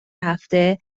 هفته